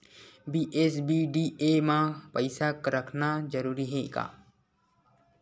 BSBDA मा पईसा रखना जरूरी हे का?